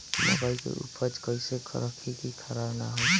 मकई के उपज कइसे रखी की खराब न हो सके?